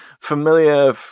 familiar